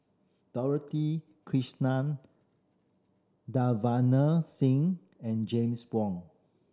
Dorothy Krishnan Davinder Singh and James Wong